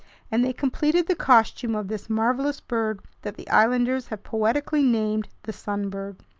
and they completed the costume of this marvelous bird that the islanders have poetically named the sun bird.